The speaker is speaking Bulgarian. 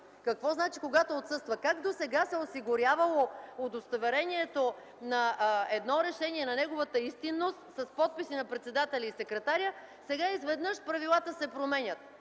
Какво значи „когато отсъства”? Как досега се е осигурявало удостоверението на едно решение, на неговата истинност, с подпис на председателя и секретаря, а сега изведнъж правилата се променят?